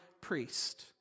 priest